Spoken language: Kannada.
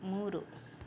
ಮೂರು